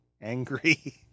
Angry